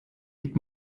mit